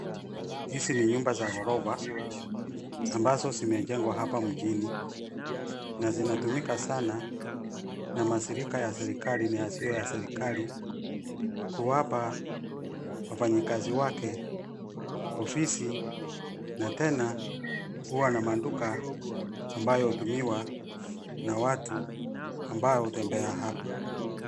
Hizi ni nyumba za ghorofa, ambazo zimejengwa hapa mjini, na zinatumika sana na mashirika ya serekali na yasiyo ya serekali, kuwapa wafanyakazi wake ofisi. Na tena huwa na maduka ambayo hutumiwa na watu ambao hutembea hapa.